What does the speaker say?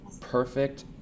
perfect